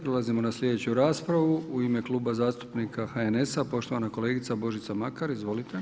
Prelazimo na slijedeću raspravu u ime Kluba zastupnika HNS-a poštovana kolegica Božica Makar, izvolite.